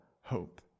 hope